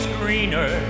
greener